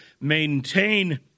maintain